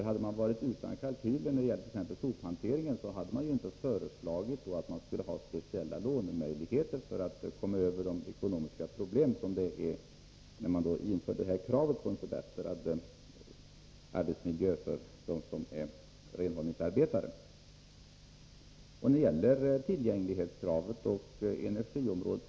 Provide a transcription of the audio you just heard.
Hade man varit utan kalkyler när det gäller t.ex. sophanteringen, skulle man inte föreslagit speciella lånemöjligheter för att komma över de ekonomiska problem som kraven på bättre arbetsmiljö för renhållningsarbetarna medförde. Det är på samma sätt när det gäller tillgänglighetskravet och energiområdet.